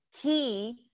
key